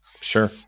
Sure